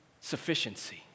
sufficiency